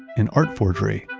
and art forgery,